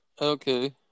Okay